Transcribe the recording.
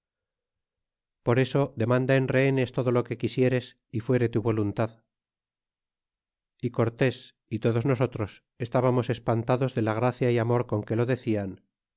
por eso demanda en rehenes todo lo que quisieres y fuere tu voluntad y cortés y todos nosotros estábamos espantados de la gracia y amor con que lo decian